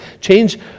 Change